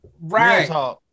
Right